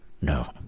No